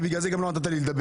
ובגלל זה גם לא נתת לי לדבר.